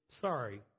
sorry